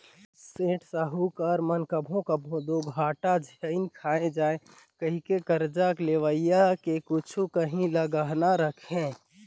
सेठ, साहूकार मन कभों कभों दो घाटा झेइन खाए जांव कहिके करजा लेवइया के कुछु काहीं ल गहना रखहीं